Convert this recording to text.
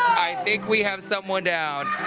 i think we have someone down.